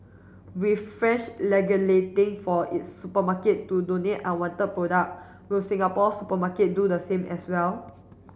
with France for its supermarket to donate unwanted product will Singapore's supermarket do the same as well